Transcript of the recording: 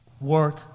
work